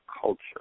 culture